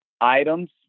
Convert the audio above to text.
items